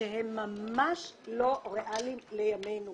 כשהם ממש לא ריאליים לימינו.